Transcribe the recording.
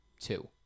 two